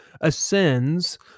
ascends